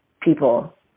people